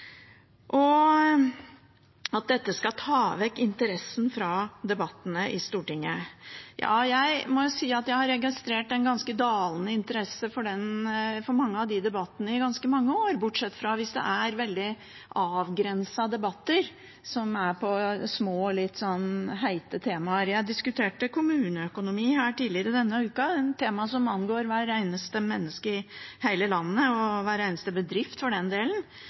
Til at dette skal ta vekk interessen fra debattene i Stortinget: Jeg må si at jeg har registrert en ganske dalende interesse for mange av debattene i ganske mange år, bortsett fra avgrensede debatter som er om små, litt heite temaer. Vi diskuterte kommuneøkonomien tidligere denne uka. Det er et tema som angår hvert eneste menneske i hele landet og hver eneste bedrift, for den